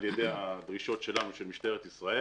וגם על ידי הדרישות של משטרת ישראל.